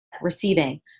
receiving